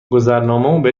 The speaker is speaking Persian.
گذرنامه